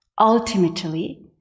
Ultimately